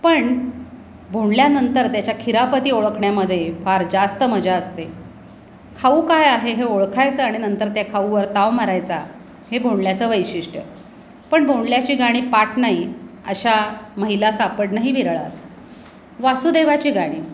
पण भोंडल्यानंतर त्याच्या खिरापती ओळखण्यामध्ये फार जास्त मजा असते खाऊ काय आहे हे ओळखायचं आणि नंतर त्या खाऊवर ताव मारायचा हे भोंडल्याचं वैशिष्ट्य पण भोंडल्याची गाणी पाठ नाही अशा महिला सापडणंही विरळच वासुदेवाची गाणी